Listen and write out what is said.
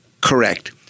correct